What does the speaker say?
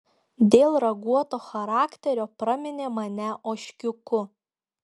dėl raguoto charakterio praminė mane ožkiuku